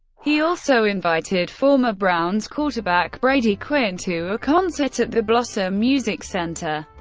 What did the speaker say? he also invited former browns quarterback brady quinn to a concert at the blossom music center,